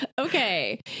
Okay